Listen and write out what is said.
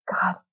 God